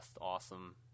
awesome